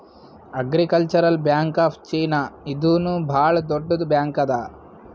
agricultural bank of China ಇದೂನು ಭಾಳ್ ದೊಡ್ಡುದ್ ಬ್ಯಾಂಕ್ ಅದಾ